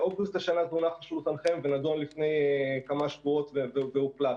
באוגוסט השנה זה הונח על שולחנכם ונדון לפני כמה שבועות והוחלט.